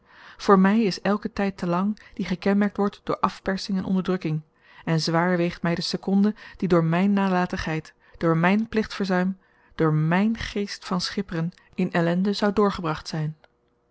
voor my is elke tyd te lang die gekenmerkt wordt door afpersing en onderdrukking en zwaar weegt my de sekonde die door myn nalatigheid door myn plichtverzuim door myn geest van schipperen in ellende zou doorgebracht zyn